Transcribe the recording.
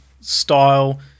style